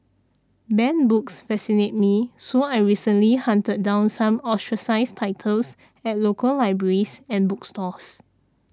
banned books fascinate me so I recently hunted down some ostracised titles at local libraries and bookstores